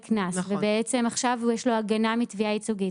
ובעצם עכשיו יש לו הגנה מתביעה ייצוגית.